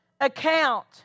account